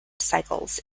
cycles